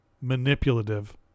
manipulative